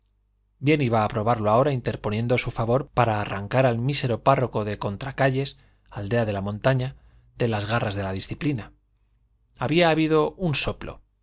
bien iba a probarlo ahora interponiendo su favor para arrancar al mísero párroco de contracayes aldea de la montaña de las garras de la disciplina había habido un soplo